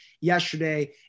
yesterday